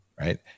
right